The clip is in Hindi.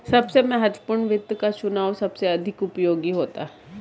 सबसे महत्वपूर्ण वित्त का चुनाव सबसे अधिक उपयोगी होता है